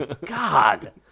God